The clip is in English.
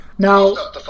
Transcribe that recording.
Now